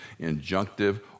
injunctive